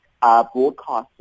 broadcasting